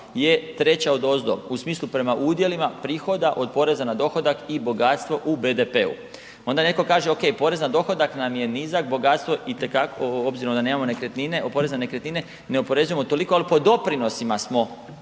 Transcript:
je treća odozdo u smislu prema udjelima prihoda od poreza na dohodak i bogatstvo u BDP-u. Onda netko kaže okej, porez na dohodak nam je nizak, bogatstvo itekako, obzirom da nemamo nekretnine, porez na nekretnine, ne oporezujemo toliko, al po doprinosima smo